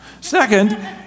Second